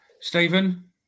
Stephen